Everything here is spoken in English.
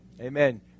Amen